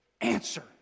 answer